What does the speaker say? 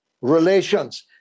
relations